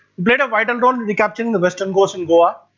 but vital role in recapturing the western coast and goa.